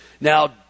Now